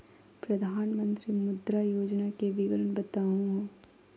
प्रधानमंत्री मुद्रा योजना के विवरण बताहु हो?